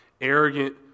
arrogant